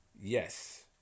Yes